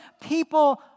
people